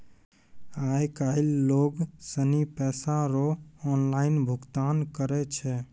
आय काइल लोग सनी पैसा रो ऑनलाइन भुगतान करै छै